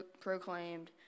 proclaimed